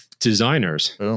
Designers